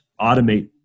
automate